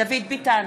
דוד ביטן,